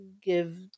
give